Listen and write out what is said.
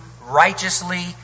righteously